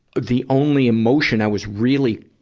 the only emotion i was really,